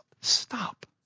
stop